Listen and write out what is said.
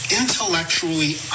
intellectually